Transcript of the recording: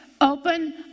Open